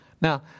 Now